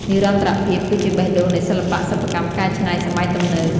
និរន្តរភាពគឺជាបេះដូងនៃសិល្បៈសិប្បកម្មកែច្នៃសម័យទំនើប។